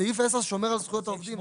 סעיף 10 שומר על זכויות העובדים.